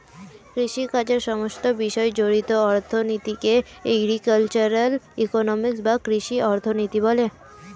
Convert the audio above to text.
কৃষিকাজের সমস্ত বিষয় জড়িত অর্থনীতিকে এগ্রিকালচারাল ইকোনমিক্স বা কৃষি অর্থনীতি বলে